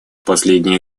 последние